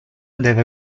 deve